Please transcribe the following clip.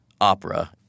opera